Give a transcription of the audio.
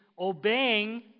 obeying